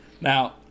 Now